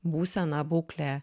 būseną būklę